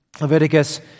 Leviticus